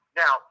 now